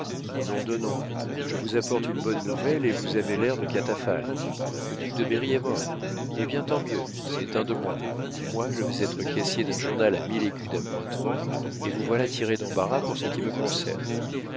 nom de nom je vous apporte une bonne nouvelle et vous avez l'air de catafalques le duc de berry est mort eh bien tant mieux c'est un de moins moi je vais être caissier d'un journal à mille écus d'appointements et vous voilà tirées d'embarras pour ce qui me concerne